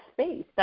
space